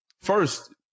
First